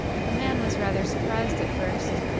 the man was rather surprised at first,